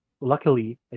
luckily